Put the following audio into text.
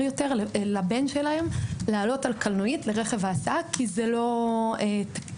יותר לבן שלהם לעלות על קלנועית לרכב ההסעה כי זה לא תקני,